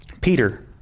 Peter